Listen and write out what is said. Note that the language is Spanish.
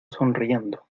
sonriendo